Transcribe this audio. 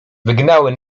wygnały